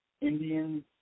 Indians